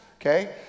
Okay